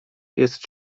jest